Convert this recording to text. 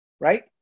right